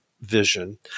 vision